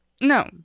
No